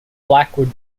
blackwood